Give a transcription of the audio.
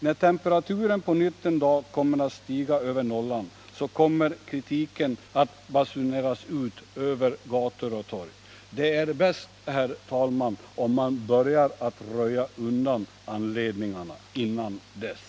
När temperaturen på nytt en dag stiger över nollan kommer kritiken att basuneras ut över gator och torg. Det är bäst, herr talman, om man börjar röja undan anledningarna innan dess.